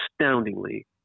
astoundingly